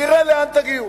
נראה לאן תגיעו.